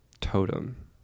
totem